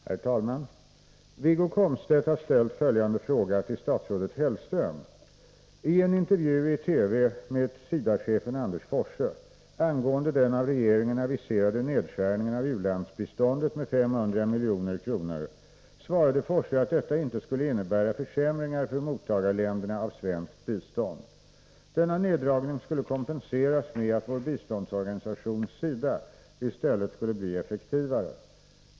Herr talman! Wiggo Komstedt har ställt följande fråga till statsrådet Hellström: ”I en intervju i TV med SIDA-chefen Anders Forsse, angående den av regeringen aviserade nedskärningen av u-landsbiståndet med 500 milj.kr., svarade Forsse att detta inte skulle innebära försämringar för mottagarländerna av svenskt bistånd. Denna neddragning skulle kompenseras med att vår biståndsorganisation — SIDA -— i stället skulle bli effektivare.